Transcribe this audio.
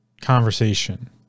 conversation